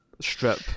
strip